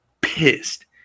pissed